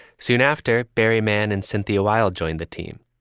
soon after, barry mann and cynthia wild joined the team.